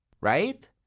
right